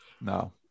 No